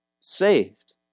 saved